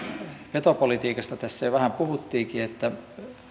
petopolitiikasta tässä jo vähän puhuttiinkin